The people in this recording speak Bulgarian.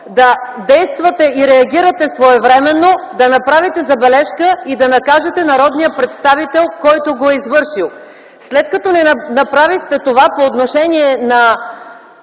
да действате и реагирате своевременно, да направите забележка и да накажете народния представител, който го е извършил. След като не направихте това по отношение на